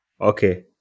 Okay